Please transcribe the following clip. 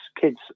kids